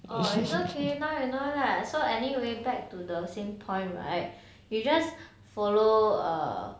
oh it's okay now you know lah so anyway back to the same point right you just follow err